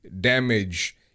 damage